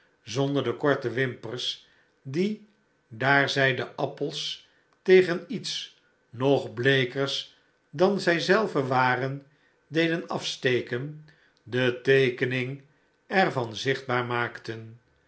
zonder de korte wimpers die daar zij de appels tegen iets nog bleekers dan zij zelven waren deden afsteken deteekening er van zichtbaar maakten